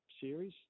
series